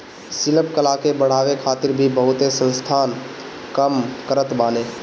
शिल्प कला के बढ़ावे खातिर भी बहुते संस्थान काम करत बाने